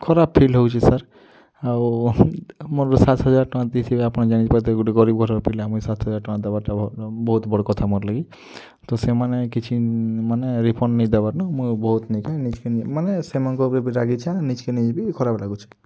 ଖରାପ୍ ଫିଲ୍ ହେଉଛି ସାର୍ ଆଉ ମୋର୍ ସାତ ହଜାର ଟଙ୍କା ଦେଇଥିବି ଆପଣ ଜାଣି ପାରୁଥିବେ ଗୋଟେ ଗରିବ୍ ଘରର୍ ପିଲା ମୁଇଁ ସାତ ହଜାର ଟଙ୍କା ଟା ଦେବାର୍ ଟା ବହୁତ ବଡ଼ କଥା ମୋର୍ ଲାଗି ତ ସେମାନେ କିଛି ମାନେ ରିଫଣ୍ଡ ନି ଦେବାର୍ ନୁ ମୁଁ ବହୁତ ନିଜ୍ କେ ନିଜେ ମାନେ ସେମାନଙ୍କର୍ ଉପରେ ବି ରାଗିଛେ ନିଜ୍ କେ ନିଜ୍ ବି ଖରାପ୍ ଲାଗୁଛି